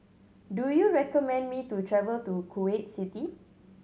do you recommend me to travel to Kuwait City